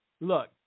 Look